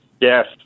Yes